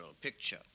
picture